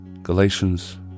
Galatians